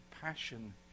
passion